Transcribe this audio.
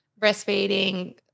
breastfeeding